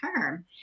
term